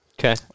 Okay